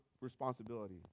responsibility